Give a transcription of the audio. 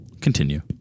Continue